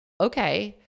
okay